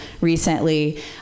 recently